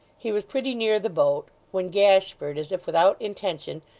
he was pretty near the boat, when gashford, as if without intention,